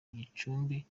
gicumbi